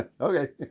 okay